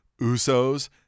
Usos